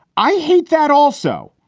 i hate that also.